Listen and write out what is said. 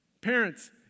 Parents